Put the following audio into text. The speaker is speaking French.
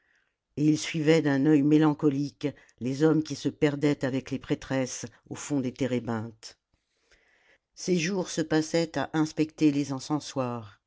et il suivait d'un œil mélancolique les hommes qui se perdaient avec les prêtresses au fond des térébinthes ses jours se passaient à inspecter les encensoirs